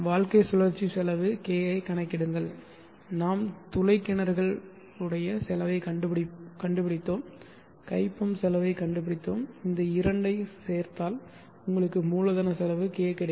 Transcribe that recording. வாழ்க்கைச் சுழற்சி செலவு K ஐக் கணக்கிடுங்கள் நாம் துளை கிணறுகள் உடைய செலவைக் கண்டுபிடித்தோம் கை பம்ப் செலவைக் கண்டுபிடித்தோம் இந்த 2 ஐச் சேர்த்தால் உங்களுக்கு மூலதனச் செலவு K கிடைக்கும்